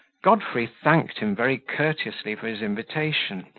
godfrey thanked him very courteously for his invitation,